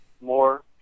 more